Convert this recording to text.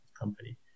company